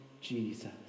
Jesus